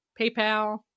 PayPal